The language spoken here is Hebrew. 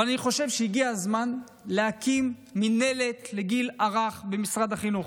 אבל אני חושב שהגיע הזמן להקים מינהלת לגיל הרך במשרד החינוך.